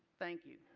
thank you.